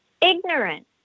ignorant